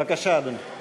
בבקשה, אדוני.